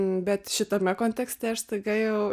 bet šitame kontekste aš staiga jau